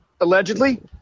Allegedly